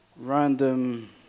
random